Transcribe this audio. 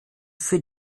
für